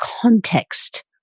context